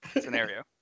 scenario